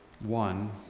One